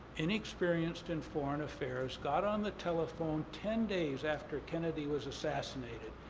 inexperienced in foreign affairs, got on the telephone ten days after kennedy was assassinated.